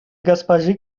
госпожи